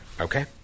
Okay